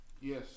yes